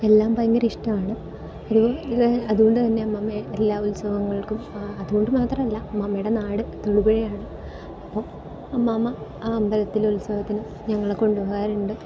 എല്ലാം ഭയങ്കര ഇഷ്ടമാണ് ഒരു ഇത് അതുകൊണ്ട് തന്നെ അമ്മമ്മ എല്ലാ ഉത്സവങ്ങൾക്കും അതുകൊണ്ട് മാത്രം അല്ല അമ്മമ്മയുടെ നാട് തൊടുപുഴയാണ് അപ്പം അമ്മമ്മ ആ അമ്പലത്തിലെ ഉത്സവത്തിന് ഞങ്ങളെ കൊണ്ടുപോവാറുണ്ട്